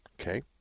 Okay